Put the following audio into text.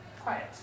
quiet